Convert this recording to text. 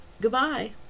Goodbye